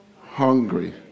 Hungry